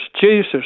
Jesus